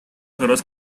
feroz